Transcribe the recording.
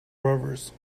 rovers